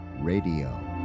radio